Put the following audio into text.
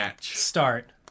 Start